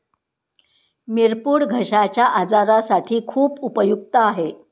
मिरपूड घश्याच्या आजारासाठी खूप उपयुक्त आहे